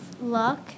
luck